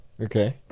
Okay